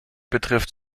betrifft